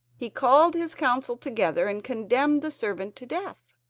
he called his council together and condemned the servant to death.